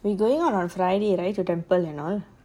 we going on a friday right to temple and all